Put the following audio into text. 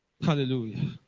Hallelujah